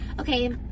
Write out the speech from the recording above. Okay